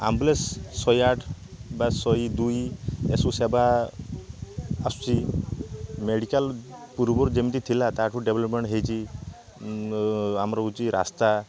ambulance ଶହେ ଆଠ ବା ଶହେ ଦୁଇ ଏସବୁ ସେବା ଆସୁଛି ମେଡ଼ିକାଲ ପୂର୍ବରୁ ଯେମିତି ଥିଲା ତାଠୁ ଡେଭଲପମେଣ୍ଟ ହେଇଛି ଆମର ହେଉଛି ରାସ୍ତା